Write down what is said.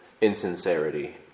insincerity